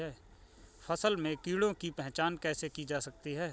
फसल में कीड़ों की पहचान कैसे की जाती है?